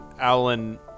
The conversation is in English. Alan